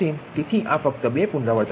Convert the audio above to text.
તેથી આ ફક્ત બે પુનરાવર્તનો છે